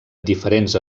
diferents